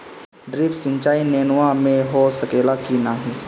Drip सिंचाई नेनुआ में हो सकेला की नाही?